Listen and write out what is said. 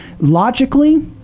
logically